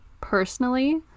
personally